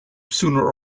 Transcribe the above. sooner